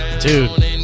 dude